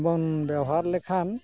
ᱵᱚᱱ ᱵᱮᱣᱦᱟᱨ ᱞᱮᱠᱷᱟᱱ